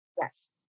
Yes